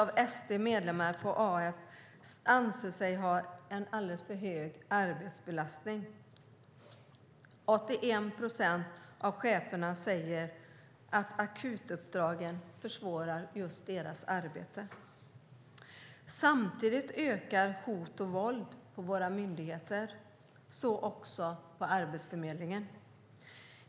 Av ST:s medlemmar på AF anser sig 70 procent ha en alldeles för hög arbetsbelastning, och 81 procent av cheferna säger att akutuppdragen försvårar just deras arbete. Samtidigt ökar förekomsten av hot och våld på våra myndigheter, och så även på Arbetsförmedlingen.